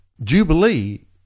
Jubilee